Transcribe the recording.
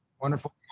wonderful